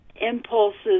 impulses